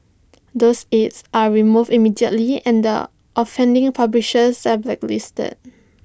those ads are removed immediately and the offending publishers are blacklisted